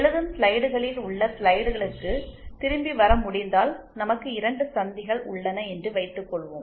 எழுதும் ஸ்லைடுகளில் உள்ள ஸ்லைடுகளுக்கு திரும்பி வர முடிந்தால் நமக்கு 2 சந்திகள் உள்ளன என்று வைத்துக்கொள்வோம்